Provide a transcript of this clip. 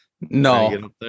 No